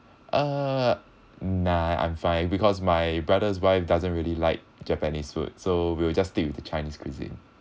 uh nah I'm fine because my brother's wife doesn't really like japanese food so we will just stay with the chinese cuisine